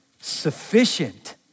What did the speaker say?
Sufficient